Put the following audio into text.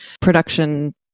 production